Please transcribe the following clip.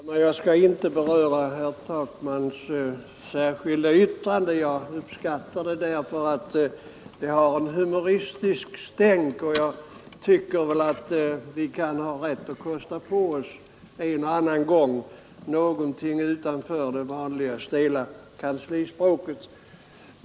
Herr talman! Jag skall inte beröra herr Takmans särskilda yttrande. Jag uppskattar det därför att det har ett humoristiskt stänk, och jag tycker vi kan ha rätt att en och annan gång kosta på oss något utanför det vanliga stela kanslispråket.